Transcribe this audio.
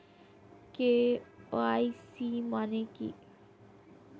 KYC মানে কী?